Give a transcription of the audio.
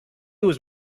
was